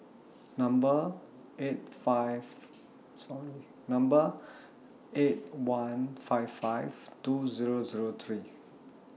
Number eight five sorry Number eight one five five two Zero Zero three